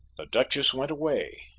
duchess went away,